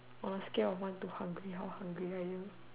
on the scale of one to hungry how hungry are you